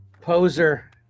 poser